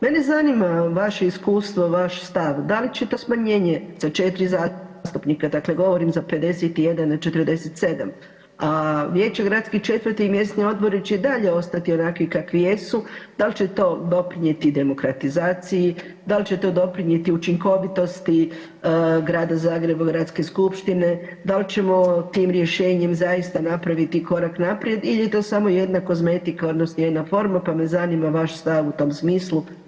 Mene zanima vaše iskustvo, vaš stav da li će to smanjenje za četiri zastupnika, dakle govorim za 51 na 47, a vijeće gradskih četvrti i mjesni odbori će i dalje ostati onakvi kakvi jesu, dal će to doprinijeti demokratizaciji, dal će to doprinijeti učinkovitosti Grada Zagreba, Gradske skupštine, dal ćemo tim rješenjem zaista napraviti korak naprijed ili je to samo jedna kozmetika odnosno jedna forma pa me zanima vaš stav u tom smislu?